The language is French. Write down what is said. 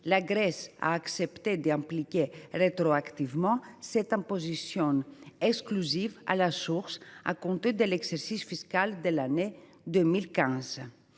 La Grèce a accepté d’appliquer rétroactivement cette imposition exclusive à la source, à compter de l’exercice fiscal de l’année 2015.